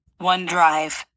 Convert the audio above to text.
OneDrive